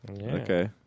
Okay